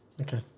Okay